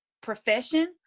profession